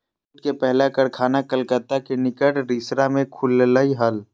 jute के पहला कारखाना कलकत्ता के निकट रिसरा में खुल लय हल